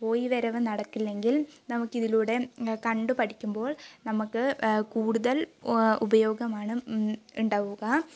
പോയിവരവ് നടക്കില്ലെങ്കിൽ നമുക്കിതിലൂടെ കണ്ടുപഠിക്കുമ്പോൾ നമുക്ക് കൂടുതൽ ഉപയോഗമാണ് ഉണ്ടാവുക